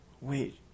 Wait